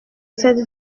cette